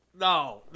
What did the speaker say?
no